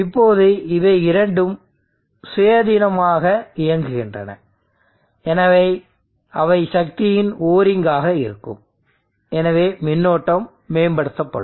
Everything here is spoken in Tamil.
இப்போது இவை இரண்டும் சுயாதீனமாக இயங்குகின்றன எனவே அவை சக்தியின் ஓரிங்காக இருக்கும் எனவே மின்னோட்டம் மேம்படுத்தப்படும்